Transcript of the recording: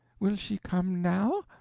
will she come now.